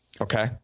Okay